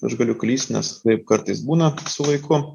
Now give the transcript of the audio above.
aš galiu klyst nes taip kartais būna su vaiku